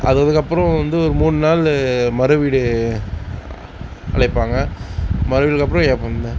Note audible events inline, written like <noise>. அது அதுக்கப்புறம் வந்து ஒரு மூணு நாள் மறு வீடு அழைப்பாங்க மறு வீடுக்கப்புறம் <unintelligible>